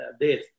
death